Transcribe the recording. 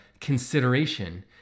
consideration